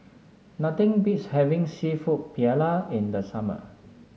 nothing beats having seafood Paella in the summer